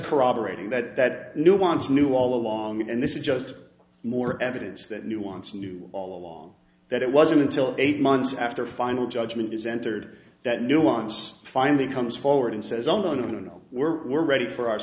corroborating that that knew once knew all along and this is just more evidence that you once knew all along that it wasn't until eight months after final judgment is entered that nuance finally comes forward and says oh no no no we're we're ready for our